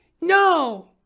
No